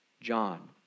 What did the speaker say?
John